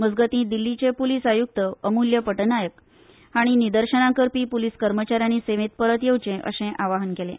मजगतीं दिल्लीचे पुलीस आयुक्त अमुल्य पटनायक हांणी निदर्शनां करपी पुलीस कर्मचा यांनी सेवेंत परत घेवचे अशें आवाहन केलें